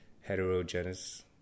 heterogeneous